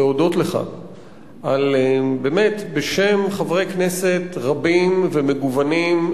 ולהודות לך בשם חברי כנסת רבים ומגוונים,